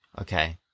Okay